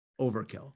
overkill